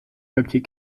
papier